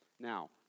Now